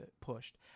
pushed